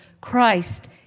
Christ